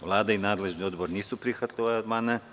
Vlada i nadležni odbor nisu prihvatili ove amandmane.